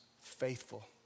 faithful